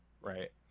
right